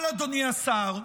אבל אדוני השר,